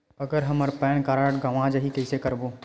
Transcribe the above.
अगर हमर pan card गवां जाही कइसे करबो?